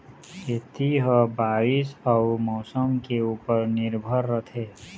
खेती ह बारीस अऊ मौसम के ऊपर निर्भर रथे